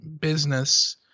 business